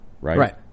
right